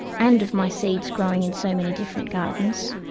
and of my seeds growing in so many different gardens.